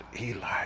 Eli